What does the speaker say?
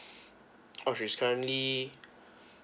oh she's currently